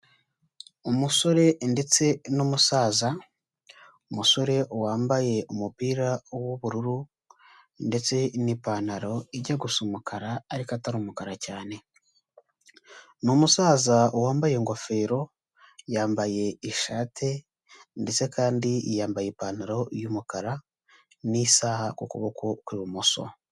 Umusore ndetse n'umusaza, umusore wambaye umupira w'ubururu ndetse n'ipantaro ijya gusa umukara ariko atari umukara cyane, ni umusaza wambaye ingofero, yambaye ishate ndetse kandi yambaye ipantaro y'umukara n'isaha ku kuboko kw'ibumoso